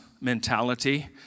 mentality